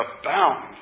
abound